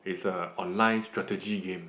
is a online strategy game